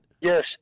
yes